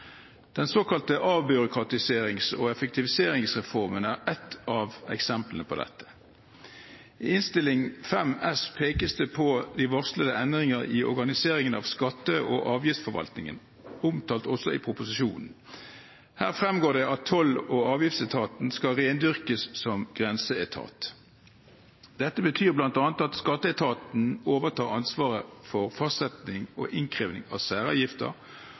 Den såkalte avbyråkratiserings- og effektiviseringsreformen er ett av eksemplene på dette. I Innst. 5 S for 2014–2015 pekes det på de varslede endringer i organiseringen av skatte- og avgiftsforvaltningen, omtalt også i proposisjonen. Her fremgår det at toll- og avgiftsetaten skal rendyrkes som grenseetat. Dette betyr bl.a. at skatteetaten overtar ansvaret for fastsetting og innkreving av